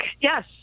yes